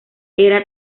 era